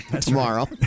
tomorrow